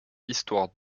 histoire